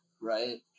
right